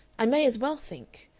i may as well think.